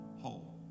whole